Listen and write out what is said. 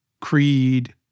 creed